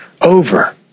over